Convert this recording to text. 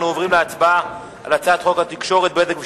אנחנו עוברים להצבעה על הצעת חוק התקשורת (בזק ושידורים)